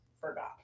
forgot